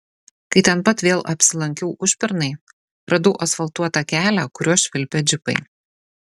kai ten pat vėl apsilankiau užpernai radau asfaltuotą kelią kuriuo švilpė džipai